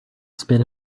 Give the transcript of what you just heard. spit